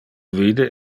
vide